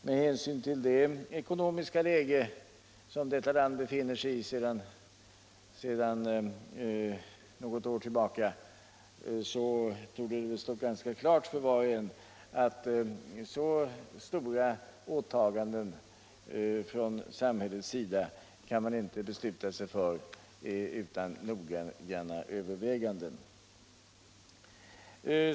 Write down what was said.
Med hänsyn till det ekonomiska läge som detta skydd mot trafik buller 75 land befinner sig i sedan något år tillbaka torde det stå ganska klart för var och en att man inte utan noggranna överväganden kan besluta sig för så stora åtaganden från samhällets sida.